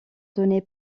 donné